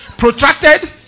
Protracted